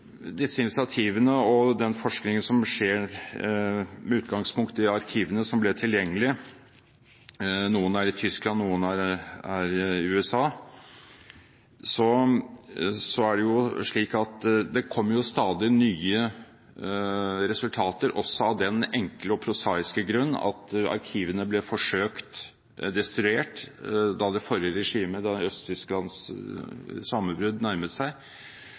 disse initiativene og den forskningen som skjer med utgangspunkt i arkivene som ble tilgjengelige – noen er i Tyskland, og noen er i USA – kommer det stadig nye resultater av den enkle og prosaiske grunnen at arkivene ble forsøkt destruert da det forrige regimets, Øst-Tysklands, sammenbrudd nærmet seg.